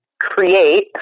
create